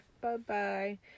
Bye-bye